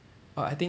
err I think